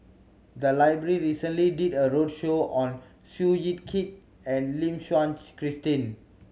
the library recently did a roadshow on Seow Yit Kin and Lim Christine